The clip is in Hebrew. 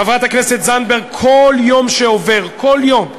חברת הכנסת זנדברג, כל יום שעובר, כל יום,